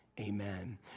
Amen